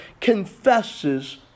confesses